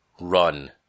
run